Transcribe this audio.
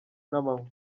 n’amanywa